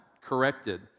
corrected